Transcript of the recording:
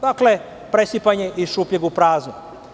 Dakle, presipanje iz šupljeg u prazno.